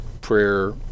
prayer